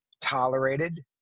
tolerated